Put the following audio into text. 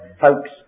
folks